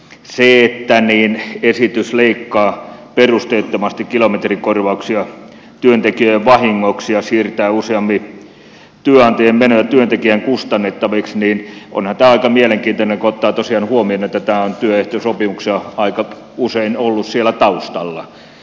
sehän että esitys leikkaa perusteettomasti kilometrikorvauksia työntekijöiden vahingoksi ja siirtää useammin työnantajan menoja työntekijän kustannettaviksi on aika mielenkiintoista kun ottaa tosiaan huomioon että tämä on työehtosopimuksissa aika usein ollut siellä taustalla